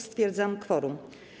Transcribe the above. Stwierdzam kworum.